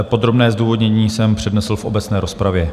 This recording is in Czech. Podrobné zdůvodnění jsem přednesl v obecné rozpravě.